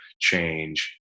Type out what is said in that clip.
change